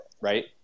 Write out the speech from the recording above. Right